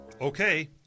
Okay